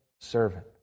servant